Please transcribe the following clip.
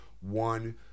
one